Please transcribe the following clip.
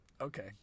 Okay